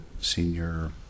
senior